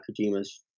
Kojima's